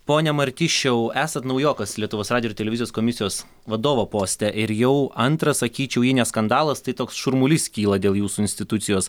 pone martišiau esat naujokas lietuvos radijo ir televizijos komisijos vadovo poste ir jau antras sakyčiau jei ne skandalas tai toks šurmulys kyla dėl jūsų institucijos